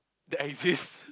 that exist